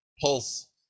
pulse